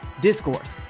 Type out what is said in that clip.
discourse